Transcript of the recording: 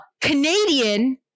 Canadian